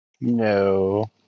no